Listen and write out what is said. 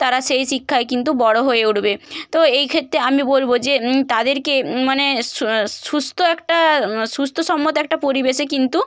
তারা সেই শিক্ষায় কিন্তু বড় হয়ে উঠবে তো এই ক্ষেত্রে আমি বলব যে তাদেরকে মানে স্ সুস্থ একটা সুস্থসম্মত একটা পরিবেশে কিন্তু